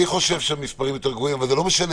אני חושב שהמספרים יותר גבוהים אבל זה לא משנה,